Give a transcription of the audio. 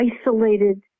isolated